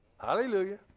Hallelujah